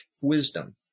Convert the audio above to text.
wisdom